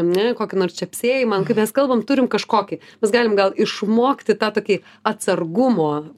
ane kokį nors čepsėjimą kaip mes kalbam turim kažkokį mes galim gal išmokti tą tokį atsargumo